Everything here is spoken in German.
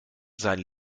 sein